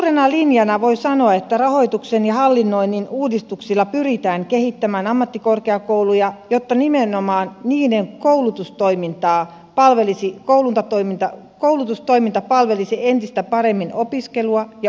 suurena linjana voi sanoa että rahoituksen ja hallinnoinnin uudistuksilla pyritään kehittämään ammattikorkeakouluja jotta nimenomaan niiden koulutustoiminta palvelisi entistä paremmin opiskelua ja opiskelijoita